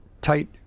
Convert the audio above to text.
tight